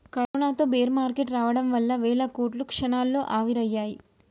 కరోనాతో bear market రావడం వల్ల వేల కోట్లు క్షణాల్లో ఆవిరయ్యాయి